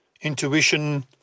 intuition